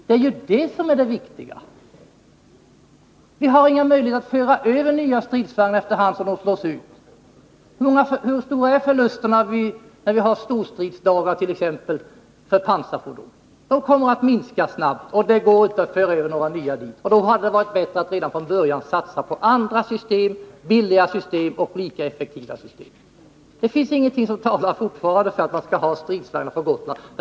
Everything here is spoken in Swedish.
Det är ju det som är det viktiga. Vi har inga möjligheter att föra över nya stridsvagnar efter hand som de första slås ut. Hur stora är förlusterna t.ex. för pansarfordon när vi har storstridsdagar? Antalet kommer att minska snabbt, och det går alltså inte att föra över några nya fordon till Gotland. Det är således bättre att redan från början satsa på andra, billiga och lika effektiva system. Det finns fortfarande ingenting som talar för att vi skall ha stridsvagnar på Gotland.